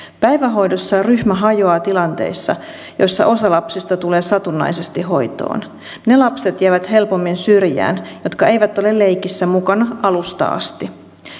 päivähoidossa ryhmä hajoaa tilanteissa joissa osa lapsista tulee satunnaisesti hoitoon ne lapset jäävät helpommin syrjään jotka eivät ole leikissä mukana alusta asti